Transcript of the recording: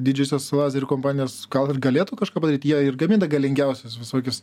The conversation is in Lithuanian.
didžiosios lazerių kompanijos gal ir galėtų kažką padaryt jie ir gamina galingiausius visokius